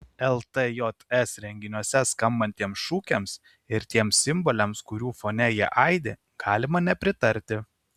ltjs renginiuose skambantiems šūkiams ir tiems simboliams kurių fone jie aidi galima nepritarti